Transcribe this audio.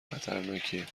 خطرناکیه